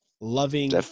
Loving